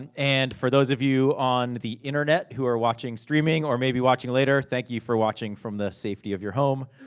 and and for those of you on the internet, who are watching streaming or maybe watching later, thank you for watching from the safety of your home.